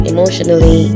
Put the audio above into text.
Emotionally